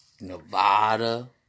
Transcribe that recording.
Nevada